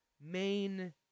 main